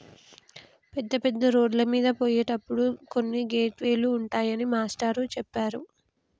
పెద్ద పెద్ద రోడ్లమీద పోయేటప్పుడు కొన్ని గేట్ వే లు ఉంటాయని మాస్టారు చెప్పారు